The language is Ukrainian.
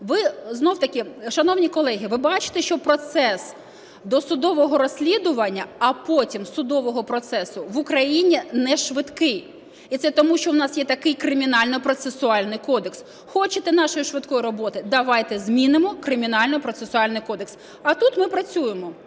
Ви знову-таки, шановні колеги, ви бачите, що процес досудового розслідування, а потім судового процесу в Україні нешвидкий. І це тому, що у нас є такий Кримінальний процесуальний кодекс. Хочете нашої швидкої роботи – давайте змінимо Кримінальний процесуальний кодекс. А тут ми працюємо.